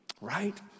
Right